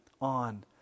on